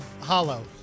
hollow